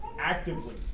actively